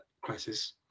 crisis